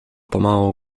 pomału